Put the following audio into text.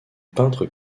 peintre